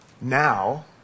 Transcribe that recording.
Now